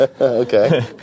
Okay